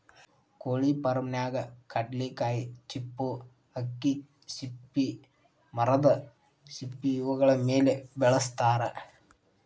ಕೊಳಿ ಫಾರ್ಮನ್ಯಾಗ ಕಡ್ಲಿಕಾಯಿ ಚಿಪ್ಪು ಅಕ್ಕಿ ಸಿಪ್ಪಿ ಮರದ ಸಿಪ್ಪಿ ಇವುಗಳ ಮೇಲೆ ಬೆಳಸತಾರ